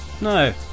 No